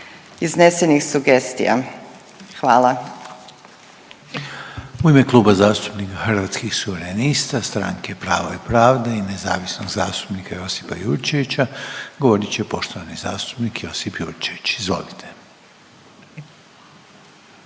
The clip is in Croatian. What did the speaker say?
**Reiner, Željko (HDZ)** U ime Kluba zastupnika Hrvatskih suverenista, stranka PiP-a i nezavisnog zastupnika Josipa Jurčevića govorit će poštovani zastupnik Josip Jurčević. Izvolite.